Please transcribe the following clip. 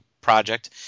project